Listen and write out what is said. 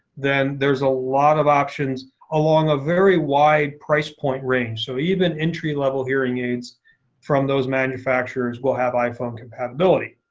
then there's a lot of options along a very wide price point range. so even entry level hearing aids from those manufacturers will have iphone compatibility.